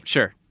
Sure